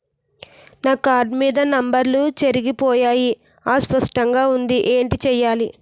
నా కార్డ్ మీద నంబర్లు చెరిగిపోయాయి అస్పష్టంగా వుంది ఏంటి చేయాలి?